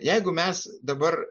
jeigu mes dabar